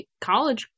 college